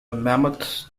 mammoth